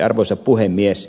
arvoisa puhemies